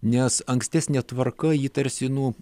nes ankstesnė tvarka jį tarsi nu